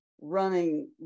running